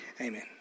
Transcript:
Amen